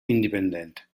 indipendente